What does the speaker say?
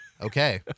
Okay